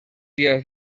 días